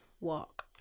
walk